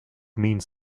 means